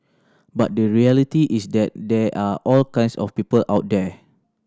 but the reality is that there are all kinds of people out there